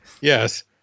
Yes